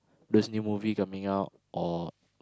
those new movie coming out or